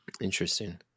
Interesting